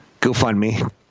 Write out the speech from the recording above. GoFundMe